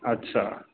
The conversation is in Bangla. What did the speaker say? আচ্ছা